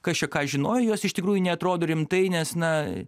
kas čia ką žinojo jos iš tikrųjų neatrodo rimtai nes na